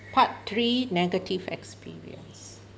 part three negative experience